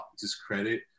discredit